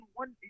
one